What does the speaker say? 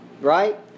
Right